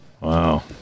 Wow